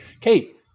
Kate